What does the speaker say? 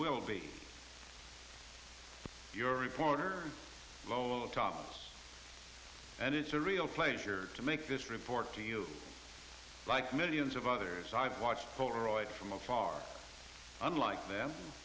will be your reporter lowell thomas and it's a real pleasure to make this report to you like millions of others i've watched polaroid from afar unlike them